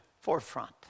forefront